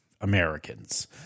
Americans